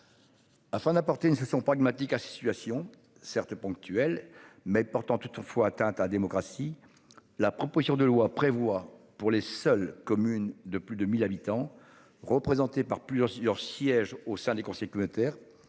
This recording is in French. Afin d'apporter une ce sont pragmatiques, à situation certes ponctuelle mais portant toutefois atteinte à la démocratie. La proposition de loi prévoit, pour les seules communes de plus de 1000 habitants représentés par plusieurs leur siège au sein des Clotaire